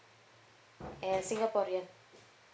and singaporean